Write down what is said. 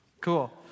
Cool